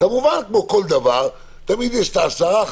כמובן כמו כל דבר, תמיד יש את ה-10%-15%,